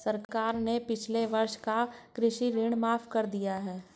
सरकार ने पिछले वर्ष का कृषि ऋण माफ़ कर दिया है